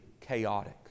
chaotic